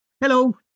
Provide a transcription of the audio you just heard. Hello